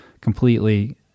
completely